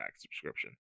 subscription